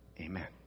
Amen